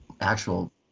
actual